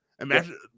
Imagine